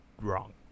wrong